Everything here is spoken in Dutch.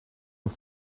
het